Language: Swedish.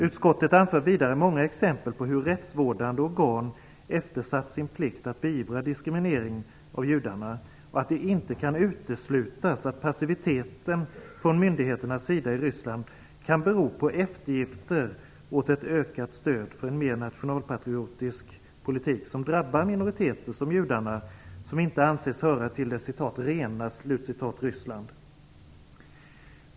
Utskottet anför vidare många exempel på hur rättsvårdande organ eftersatt sin plikt att beivra diskriminering av judarna, och att det inte kan uteslutas att passiviteten från myndigheternas sida i Ryssland kan bero på eftergifter åt ett ökat stöd för en mer nationalpatriotisk politik som drabbat minoriteter som judarna, som inte anses höra hemma i det "rena" Ryssland.